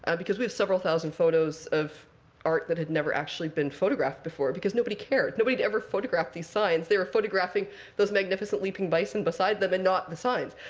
and because we have several thousand photos of art that had never actually been photographed before. because nobody cared. nobody'd ever photographed these signs. they were photographing those magnificent leaping bison beside them and not the signs.